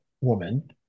woman